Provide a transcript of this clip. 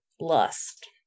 lust